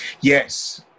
Yes